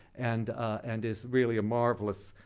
and and is really a marvelous,